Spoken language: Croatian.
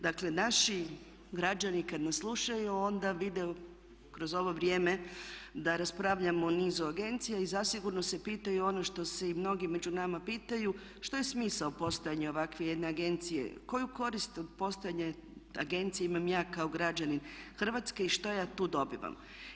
Dakle, naši građani kad nas slušaju onda vide kroz ovo vrijeme da raspravljamo o nizu agencija i zasigurno se pitaju ono što se i mnogi među nama pitaju što je smisao postojanja ovakve jedne agencije, koju korist od postojanja agencije imam ja kao građanin Hrvatske i što ja tu dobivam?